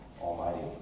Almighty